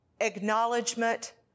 Acknowledgement